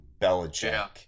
Belichick